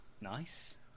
Nice